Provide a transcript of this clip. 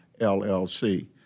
LLC